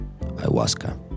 ayahuasca